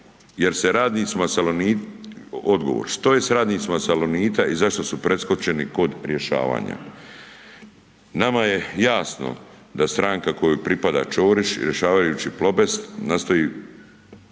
jer se radnicima, odgovor, što je s radnicima „Salonita“ i zašto su preskočeni kod rješavanja. Nama je jasno da stranka kojoj pripada Ćorić rješavajući „Plobest“ nastoji